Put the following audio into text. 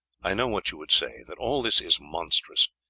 i know what you would say, that all this is monstrous,